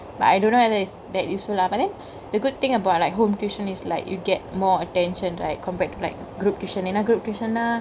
but I don't know whether it's that useful lah but then the good thingk about like home tuition is like you get more attention right compared to like group tuition in a group tuition